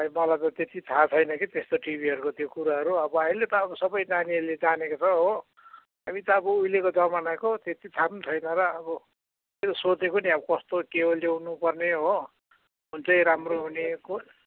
खोइ मलाई त त्यति थाहा छैन कि त्यस्तो टिभीहरूको त्यो कुराहरू अब अहिले त अब सबै नानीहरूले जानेको छ हो हामी त अब उहिलेको जमानाको त्यति थाहा छैन र अब सोधेको नि अब कस्तो के हो ल्याउनु पर्ने हो कुन चाहिँ राम्रो हुने कुन छ